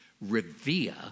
Revere